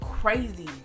crazy